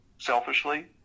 Selfishly